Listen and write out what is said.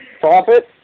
profit